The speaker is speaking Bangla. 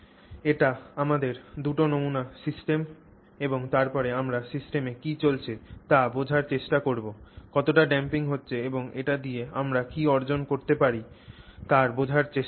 এটি আমাদের দুটি নমুনা সিস্টেম এবং তারপরে আমরা সিস্টেমে কী চলছে তা বোঝার চেষ্টা করব কতটা ড্যাম্পিং হচ্ছে এবং এটি দিয়ে আমরা কী অর্জন করতে পারি তা বোঝার চেষ্টা করব